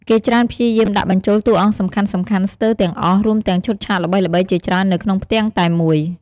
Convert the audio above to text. គេច្រើនព្យាយាមដាក់បញ្ចូលតួអង្គសំខាន់ៗស្ទើរទាំងអស់ រួមទាំងឈុតឆាកល្បីៗជាច្រើននៅក្នុងផ្ទាំងតែមួយ ។